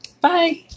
Bye